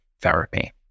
therapy